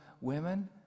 women